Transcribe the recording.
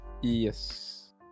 yes